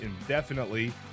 indefinitely